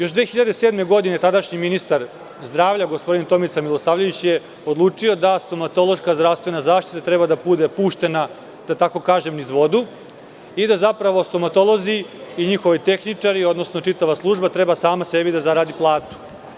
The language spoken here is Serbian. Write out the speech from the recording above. Još 2007. godine tadašnji ministar zdravlja, gospodin Tomica Milosavljević, je odlučio da stomatološka zdravstvena zaštita treba da bude puštena niz vodu i da zapravo stomatolozi i njihovi tehničari, odnosno čitava služba treba sama sebi da zaradi platu.